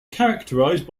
characterized